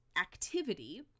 activity